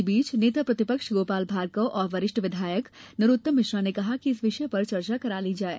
इसी बीच नेता प्रतिपक्ष गोपाल भार्गव और वरिष्ठ विधायक नरोत्तम मिश्रा ने कहा कि इस विषय पर चर्चा करा ली जाये